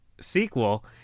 sequel